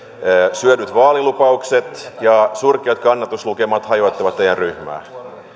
syödyt vaalilupaukset ja surkeat kannatuslukemat hajottavat teidän ryhmänne